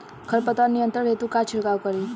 खर पतवार नियंत्रण हेतु का छिड़काव करी?